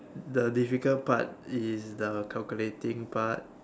the difficult part is the calculating part